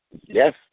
Yes